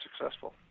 successful